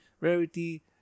Rarity